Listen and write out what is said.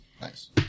Nice